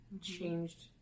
changed